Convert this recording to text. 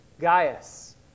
Gaius